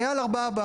היה על 4 בר.